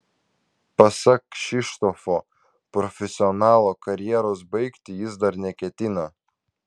pasak kšištofo profesionalo karjeros baigti jis dar neketina